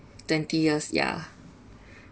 twenty years yeah